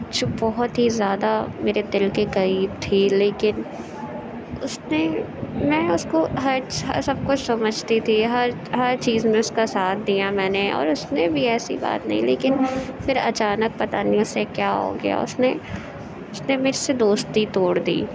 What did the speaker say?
جو بہت ہی زیادہ میرے دل کے قریب تھی لیکن اس نے میں اس کو ہر سب کچھ سمجھتی تھی ہر ہر چیز میں اس کا ساتھ دیا میں نے اور اس نے بھی ایسی بات نہیں لیکن پھر اچانک پتا نہیں اسے کیا ہو گیا اس نے اس نے میرے سے دوستی توڑ دی